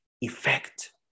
effect